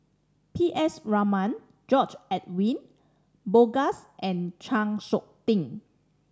P S Raman George Edwin Bogaars and Chng Seok Tin